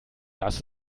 dass